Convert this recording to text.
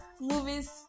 movies